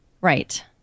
Right